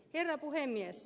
herra puhemies